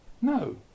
No